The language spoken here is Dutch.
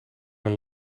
een